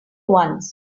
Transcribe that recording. once